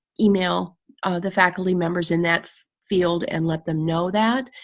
email the faculty members in that field and let them know that.